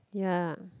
ya